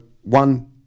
one